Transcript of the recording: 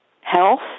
health